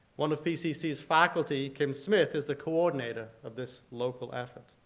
one of pcc's faculty, kim smith is the coordinator of this local effort.